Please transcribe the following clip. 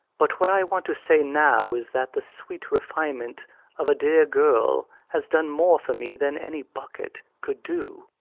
but what i want to say now is that the sweet refinement of a dear girl has done more for me than any bucket could do.